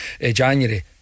January